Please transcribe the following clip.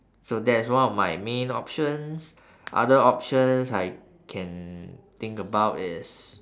so that's one of my main options other options I can think about is